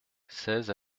seize